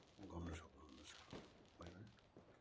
गाउन सक्नुहुन्छ भयो है